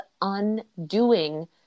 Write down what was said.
undoing